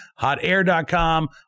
hotair.com